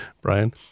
Brian